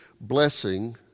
blessing